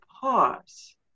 pause